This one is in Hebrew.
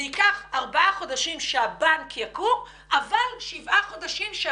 זה ייקח ארבעה חודשים עד שהבנק יקום אבל שבעה חודשים עד